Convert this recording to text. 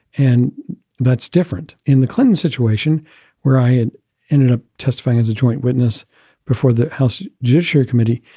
and that's different in the clinton situation where i ah ended up testifying as a joint witness before the house judiciary committee,